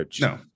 No